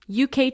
UK